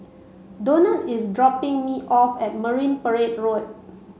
Donat is dropping me off at Marine Parade Road